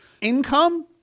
Income